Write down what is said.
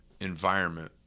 Environment